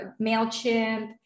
MailChimp